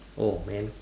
oh man